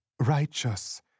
Righteous